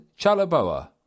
Chalaboa